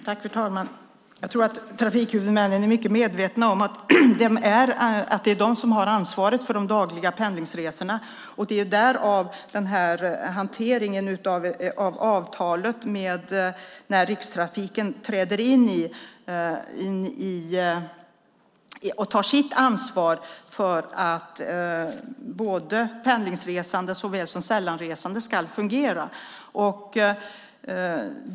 Fru talman! Jag tror att trafikhuvudmännen är mycket medvetna om att det är de som har ansvaret för de dagliga pendlingsresorna. Dessutom har vi den här hanteringen av avtalet där Rikstrafiken träder in och tar sitt ansvar för att både pendlingsresandet och sällanresandet ska fungera.